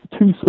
two